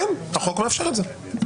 החוק מאפשר את זה,